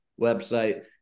website